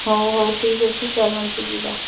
ହେଉ ହେଉ ଠିକ ଅଛି ଚାଲନ୍ତୁ ଯିବା